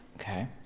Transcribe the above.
Okay